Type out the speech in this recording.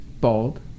bald